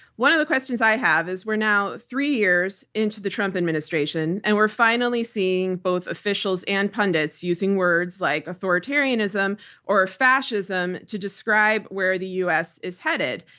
one of the questions i have is we're now three years into the trump administration, and we're finally seeing both officials and pundits using words like authoritarianism or fascism to describe where the us is headed.